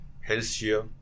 healthier